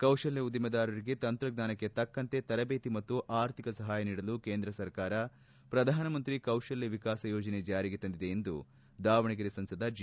ಕೌಶಲ್ಯ ಉದ್ಯಮದಾರರಿಗೆ ತಂತ್ರಜ್ಞಾನಕ್ಕೆ ತಕ್ಕಂತೆ ತರಬೇತಿ ಮತ್ತು ಅರ್ಥಿಕ ಸಹಾಯ ನೀಡಲು ಕೇಂದ್ರ ಸರ್ಕಾರ ಪ್ರಧಾನ ಮಂತ್ರಿ ಕೌಶಲ್ವ ವಿಕಾಸ ಯೋಜನೆ ಜಾರಿಗೆ ತಂದಿದೆ ಎಂದು ದಾವಣಗೆರೆ ಸಂಸದ ಜಿ